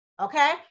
okay